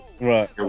Right